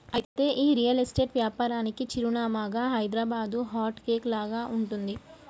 అయితే ఈ real estate వ్యాపారానికి చిరునామాగా హైదరాబాదు హార్ట్ కేక్ లాగా ఉంటుంది